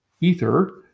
ether